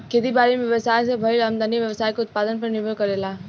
खेती बारी में व्यवसाय से भईल आमदनी व्यवसाय के उत्पादन पर निर्भर करेला